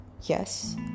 Yes